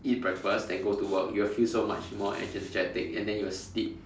eat breakfast then go to work you will feel so much more energetic and then you will sleep